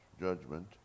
judgment